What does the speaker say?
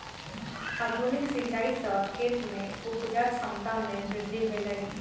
आधुनिक सिचाई सॅ खेत में उपजा क्षमता में वृद्धि भेलै